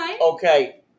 Okay